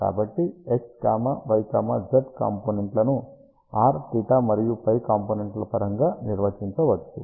కాబట్టి x y z కాంపోనెంట్లను r θ మరియు φ కాంపోనెంట్ల పరంగా నిర్వచించవచ్చు